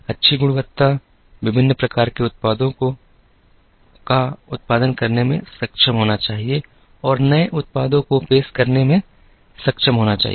अच्छी गुणवत्ता विभिन्न प्रकार के उत्पादों का उत्पादन करने में सक्षम होना चाहिए और नए उत्पादों को पेश करने में सक्षम होना चाहिए